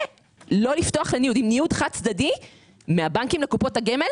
ולא לפתוח ניוד חד צדדי מהבנקים לקופות הגמל